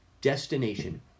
destination